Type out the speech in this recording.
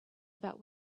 about